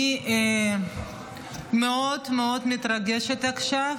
אני מאוד מאוד מתרגשת עכשיו,